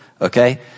okay